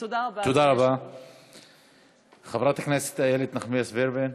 תודה רבה, אדוני היושב-ראש.